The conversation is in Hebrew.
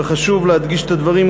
וחשוב להדגיש את הדברים,